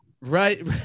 Right